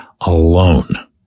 alone